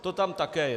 To tam také je.